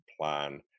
plan